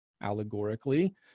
allegorically